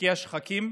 הרקיע שחקים,